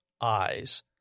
eyes